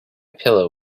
pillow